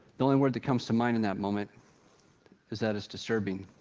the only word that comes to mind in that moment is that it's disturbing,